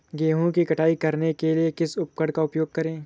गेहूँ की कटाई करने के लिए किस उपकरण का उपयोग करें?